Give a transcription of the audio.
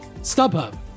StubHub